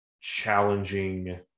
challenging